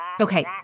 Okay